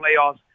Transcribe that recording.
playoffs